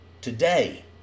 Today